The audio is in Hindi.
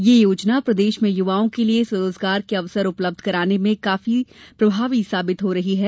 यह योजना प्रदेश में युवाओं के लिये स्वरोजगार के अवसर उपलब्ध कराने में काफी प्रभावी साबित हो रही है